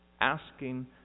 asking